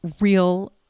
real